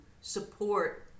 support